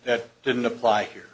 that didn't apply here